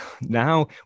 Now